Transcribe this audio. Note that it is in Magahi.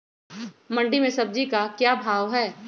मंडी में सब्जी का क्या भाव हैँ?